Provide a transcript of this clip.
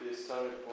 so